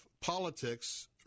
politics